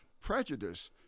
prejudice